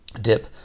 DIP